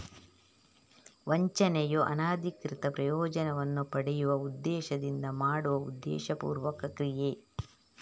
ವಂಚನೆಯು ಅನಧಿಕೃತ ಪ್ರಯೋಜನವನ್ನ ಪಡೆಯುವ ಉದ್ದೇಶದಿಂದ ಮಾಡುವ ಉದ್ದೇಶಪೂರ್ವಕ ಕ್ರಿಯೆ